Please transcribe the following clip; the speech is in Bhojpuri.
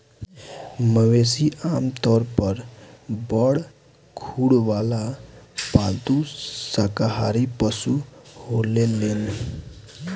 मवेशी आमतौर पर बड़ खुर वाला पालतू शाकाहारी पशु होलेलेन